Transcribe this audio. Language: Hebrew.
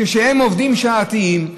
כשהן עובדות שעתיות,